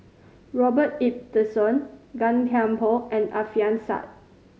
Robert Ibbetson Gan Thiam Poh and Alfian Sa'at